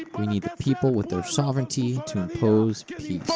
we need the people, with their sovereignty, to impose